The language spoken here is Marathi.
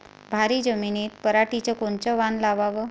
भारी जमिनीत पराटीचं कोनचं वान लावाव?